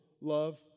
love